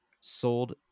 sold